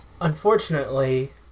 Unfortunately